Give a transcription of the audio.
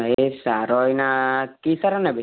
ନାଇଁ ଭାଇ ସାର ଏଇନା କି ସାର ନେବେ